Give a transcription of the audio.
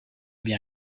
bien